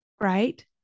right